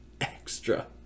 extra